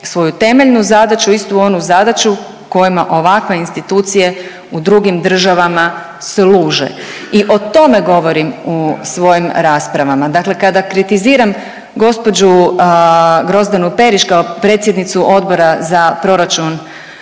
svoju temeljnu zadaću istu onu zadaću kojima ovakve institucije u drugim državama služe. I o tome govorim u svojim raspravama. Dakle, kada kritiziram gospođu Grozdanu Perić kao predsjednicu Odbora za proračun